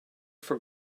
for